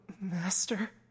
Master